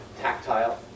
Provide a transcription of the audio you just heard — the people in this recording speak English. tactile